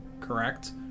Correct